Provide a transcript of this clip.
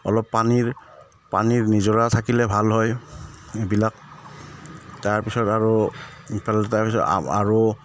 অলপ পানীৰ পানীৰ নিজৰা থাকিলে ভাল হয় এইবিলাক তাৰপিছত আৰু এইফালে তাৰপিছত আৰু